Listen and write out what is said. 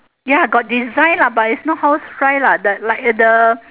ya got design lah but is not housefly lah that like the